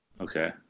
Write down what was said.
okay